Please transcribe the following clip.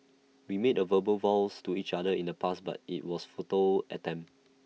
we made A verbal vows to each other in the past but IT was futile attempt